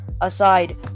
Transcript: aside